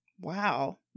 wow